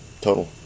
total